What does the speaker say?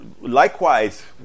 Likewise